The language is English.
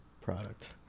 product